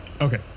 Okay